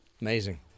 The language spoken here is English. Amazing